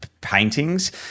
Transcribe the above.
paintings